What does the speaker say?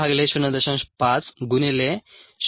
5 0